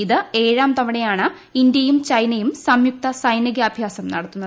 ഇത് ഏഴാം തവണയാണ് ഇന്ത്യയും ചൈനയും സംയുക്ത സൈനികാഭ്യാസം നടത്തുന്നത്